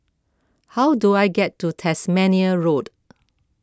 how do I get to Tasmania Road